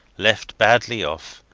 left badly off,